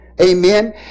Amen